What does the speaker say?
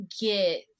get